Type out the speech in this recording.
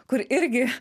kur irgi